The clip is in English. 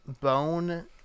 bone